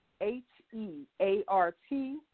H-E-A-R-T